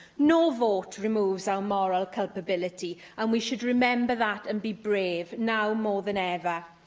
no vote removes our moral culpability, and we should remember that and be brave now more than ever.